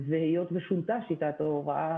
והיות ששונתה שיטת ההוראה,